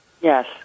Yes